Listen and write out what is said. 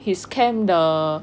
his camp the